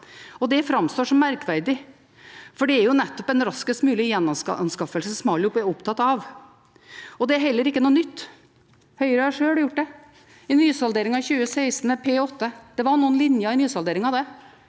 Det framstår som merkverdig, for det er nettopp en raskest mulig gjenanskaffelse alle er opptatt av. Det er heller ikke noe nytt, Høyre har sjøl gjort det, i nysalderingen i 2016 med P8. Det var noen linjer i nysalderingen